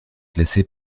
classé